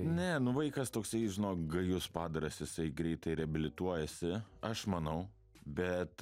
ne nu vaikas toksai žinok gajus padaras jisai greitai reabilituojasi aš manau bet